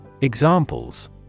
Examples